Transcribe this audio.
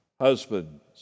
husbands